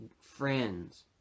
friends